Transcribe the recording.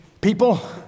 people